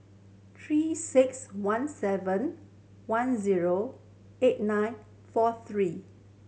Three Six One seven one zero eight nine four three